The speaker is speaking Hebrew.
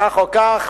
כך או כך,